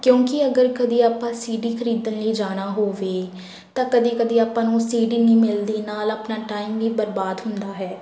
ਕਿਉਂਕਿ ਅਗਰ ਕਦੀ ਆਪਾਂ ਸੀ ਡੀ ਖਰੀਦਣ ਲਈ ਜਾਣਾ ਹੋਵੇ ਤਾਂ ਕਦੀ ਕਦੀ ਆਪਾਂ ਨੂੰ ਸੀ ਡੀ ਨਹੀਂ ਮਿਲਦੀ ਨਾਲ ਆਪਣਾ ਟਾਈਮ ਵੀ ਬਰਬਾਦ ਹੁੰਦਾ ਹੈ